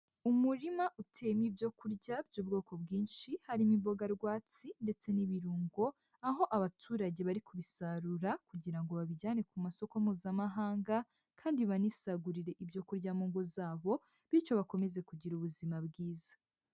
Umurima uteyemo ibyo kurya by'ubwoko bwinshi harimo imboga rwatsi ndetse n'ibirungo aho abaturage bari kubisarura kugira ngo babijyane ku masoko mpuzamahanga kandi banisagurire ibyo kurya mu ngo zabo bityo bakomeze kugira ubuzima bwiza.